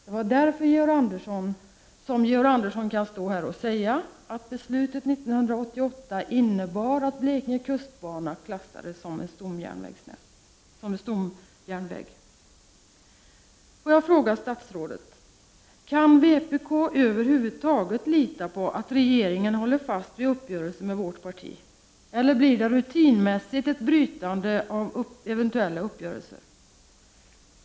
Det är därför som Georg Andersson kan stå här och säga att beslutet 1988 innebar att Blekinge kustbana klassades som en stomjärnväg. Jag vill ställa följande fråga till statsrådet. Kan vi i vpk över huvud taget lita på att regeringen håller fast vid uppgörelser med vårt parti, eller blir det rutinmässigt ett brytande av eventuella uppgörelser?